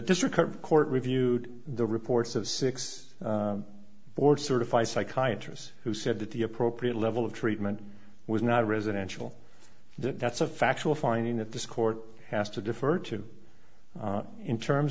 district court reviewed the reports of six board certified psychiatrists who said that the appropriate level of treatment was not residential that that's a factual finding that this court has to defer to in terms